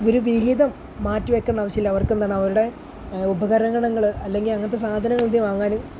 ഒരു വിഹിതം മാറ്റിവെക്കേണ്ട ആവശ്യമില്ല അവർക്കെന്താണ് അവരുടെ ഉപകരണങ്ങൾ അല്ലെങ്കിൽ അങ്ങനത്തെ സാധനങ്ങൾ എന്തിയെ വാങ്ങാനും